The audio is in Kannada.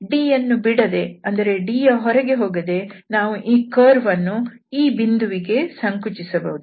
D ಯನ್ನು ಬಿಡದೆ ಅಂದರೆ D ಯ ಹೊರಗೆ ಹೋಗದೆ ನಾವು ಈ ಕರ್ವ್ಅನ್ನು ಈ ಬಿಂದುವಿಗೆ ಸಂಕುಚಿಸಬಹುದು